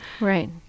Right